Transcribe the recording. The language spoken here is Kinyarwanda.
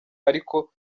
ariko